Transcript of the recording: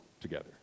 together